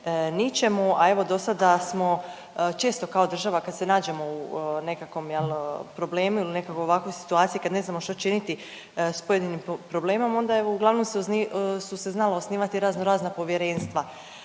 ničemu, e evo do sada smo često kao država kad se nađemo u nekakvom jel problemu ili u nekakvoj ovakvoj situaciji kad ne znamo što činiti s pojedinim problemom onda uglavnom su se znala osnivati raznorazna povjerenstva